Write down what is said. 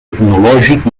etnològic